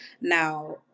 Now